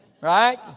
Right